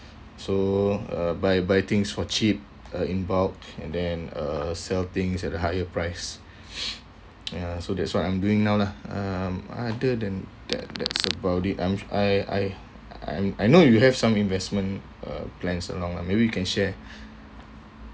so uh buy buy things for cheap uh in bulk and then uh sell things at a higher price ya so that's what I'm doing now lah um other than that that's about it um I I I know you have some investment uh plans along lah maybe you can share